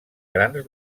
grans